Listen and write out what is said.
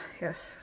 yes